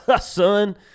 son